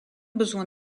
besoin